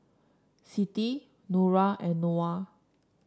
Siti Nura and Noah